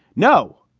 no,